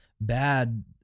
bad